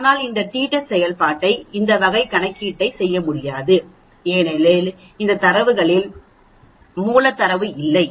ஆனால் அந்த T test செயல்பாட்டால் இந்த வகை கணக்கீட்டை செய்ய முடியாது ஏனெனில் இந்த தரவுகளில் மூல தரவு இல்லை